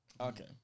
Okay